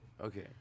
Okay